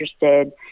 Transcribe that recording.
interested